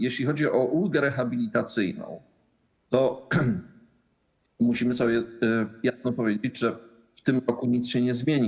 Jeśli chodzi o ulgę rehabilitacyjną, to musimy sobie jasno powiedzieć, że w tym roku nic się nie zmieni.